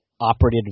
operated